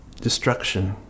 destruction